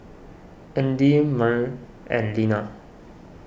Andy Myrl and Leana